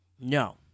No